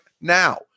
now